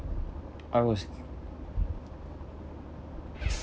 I was